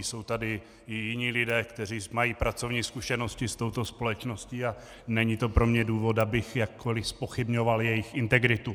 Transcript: Jsou tady i jiní lidé, kteří mají pracovní zkušenosti s touto společností, a není to pro mě důvod, abych jakkoli zpochybňoval jejich integritu.